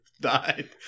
died